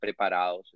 preparados